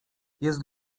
jest